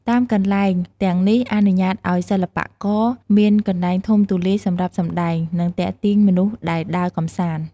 តាមកន្លែងទាំងនេះអនុញ្ញាតឱ្យសិល្បករមានកន្លែងធំទូលាយសម្រាប់សម្ដែង និងទាក់ទាញមនុស្សដែលដើរកម្សាន្ត។